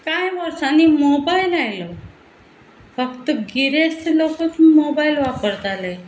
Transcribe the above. कांय वर्सांनी मोबायल आयलो फक्त गिरेस्त लोकक मोबायल वापरताले